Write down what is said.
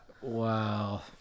Wow